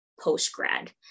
post-grad